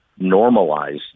normalize